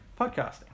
Podcasting